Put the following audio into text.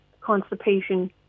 constipation